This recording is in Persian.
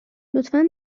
لطفا